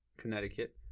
connecticut